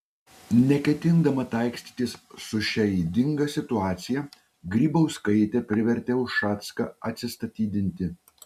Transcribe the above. neketindama taikstytis su šia ydinga situacija grybauskaitė privertė ušacką atsistatydinti